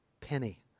penny